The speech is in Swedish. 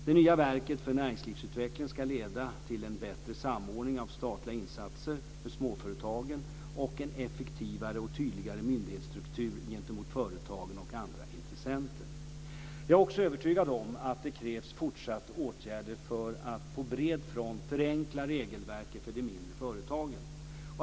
Det nya verket för näringslivsutveckling ska leda till en bättre samordning av statliga insatser för småföretagen och en effektivare och tydligare myndighetsstruktur gentemot företagen och andra intressenter. Jag är också övertygad om att det krävs fortsatta åtgärder för att på bred front förenkla regelverket för de mindre företagen.